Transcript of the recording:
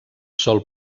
sol